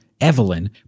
Evelyn